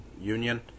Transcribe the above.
union